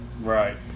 Right